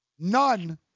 None